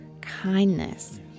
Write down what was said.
kindness